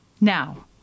Now